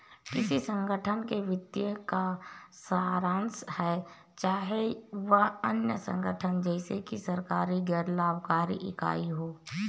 किसी संगठन के वित्तीय का सारांश है चाहे वह अन्य संगठन जैसे कि सरकारी गैर लाभकारी इकाई हो